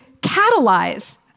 catalyze